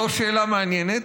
זו שאלה מעניינת.